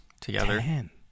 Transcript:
together